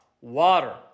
water